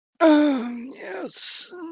Yes